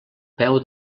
peu